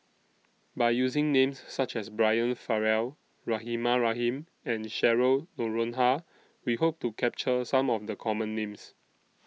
By using Names such as Brian Farrell Rahimah Rahim and Cheryl Noronha We Hope to capture Some of The Common Names